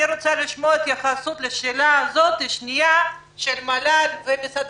אני רוצה לשמוע התייחסות לשאלה הזאת מן המל"ל ומשרד